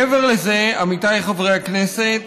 מעבר לזה, עמיתיי חברי הכנסת,